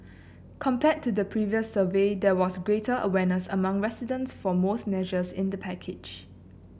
compared to the previous survey there was greater awareness among respondents for most measures in the package